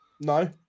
No